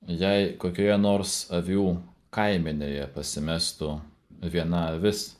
jei kokioje nors avių kaimenėje pasimestų viena avis